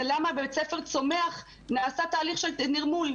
זה למה בבית ספר צומח נעשה תהליך של נרמול?